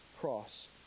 cross